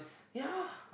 ya